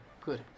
Good